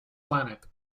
planet